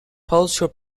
pulsar